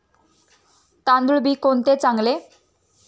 तांदूळ बी कोणते चांगले?